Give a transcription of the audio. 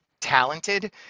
talented